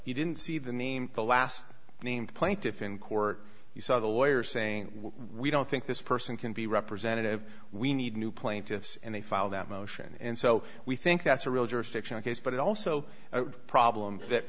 he didn't see the name the last named plaintiff in court you saw the lawyer saying we don't think this person can be representative we need new plaintiffs and they filed that motion and so we think that's a real jurisdictional case but it also a problem that